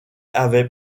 avait